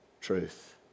truth